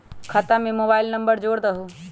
खाता में mobile number जोड़ दहु?